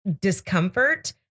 discomfort